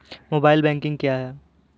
Mobile banking क्या है?